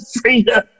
freedom